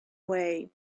way